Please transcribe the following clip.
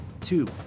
two